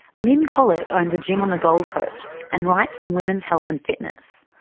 lyn collet owns a gym on the gold coast and writes on women's health and fitness.